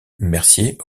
mercier